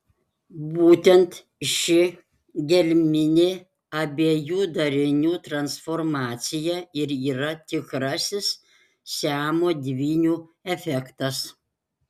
būtent ši gelminė abiejų darinių transformacija ir yra tikrasis siamo dvynių efektas